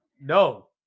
No